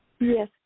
Yes